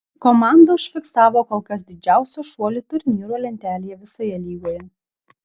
komanda užfiksavo kol kas didžiausią šuolį turnyro lentelėje visoje lygoje